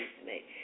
today